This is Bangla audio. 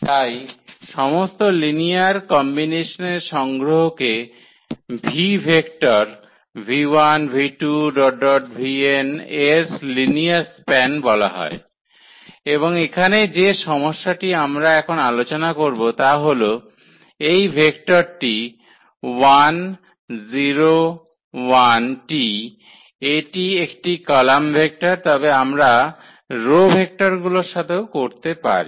তাই সমস্ত লিনিয়ার কম্বিনেশনের সংগ্রহকে 𝑣 ভেক্টর 𝑣1 𝑣2 𝑣𝑛 এর লিনিয়ার স্প্যান বলা হয় এবং এখানে যে সমস্যাটি আমরা এখন আলোচনা করব তা হল এই ভেক্টরটি 1 0 0𝑇 এটি একটি কলাম ভেক্টর তবে আমরা রো ভেক্টরগুলির সাথেও করতে পারি